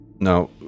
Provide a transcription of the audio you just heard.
Now